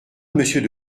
monsieur